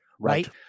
right